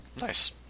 Nice